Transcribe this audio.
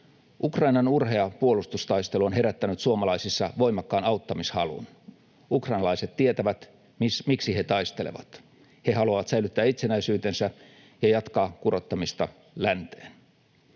Ukrainan urhea puolustustaistelu on herättänyt suomalaisissa voimakkaan auttamishalun. Ukrainalaiset tietävät, miksi he taistelevat. He haluavat säilyttää itsenäisyytensä ja jatkaa kurottamista länteen.